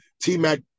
T-Mac